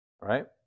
right